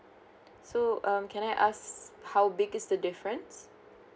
so um can I ask how big is the difference